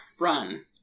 run